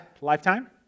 lifetime